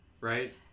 right